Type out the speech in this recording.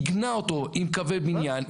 עיגנה אותו עם קווי בניין,